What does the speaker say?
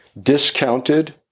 discounted